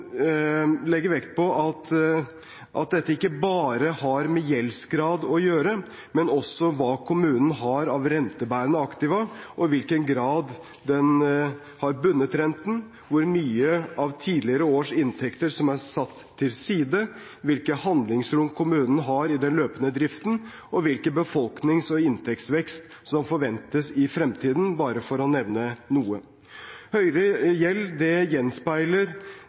vekt på at dette ikke bare har med gjeldsgrad å gjøre, men også hva kommunen har av rentebærende aktiva, i hvilken grad den har bundet renten, hvor mye av tidligere års inntekter som er satt til side, hvilke handlingsrom kommunen har i den løpende driften, og hvilken befolknings- og inntektsvekst som forventes i fremtiden, bare for å nevne noe. Høyere gjeld gjenspeiler det